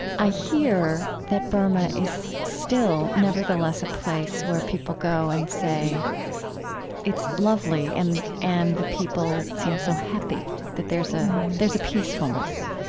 i hear that burma is still nevertheless a place where people go and say it's lovely. and and the people seem so happy that there's ah there's a peacefulness.